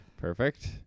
Perfect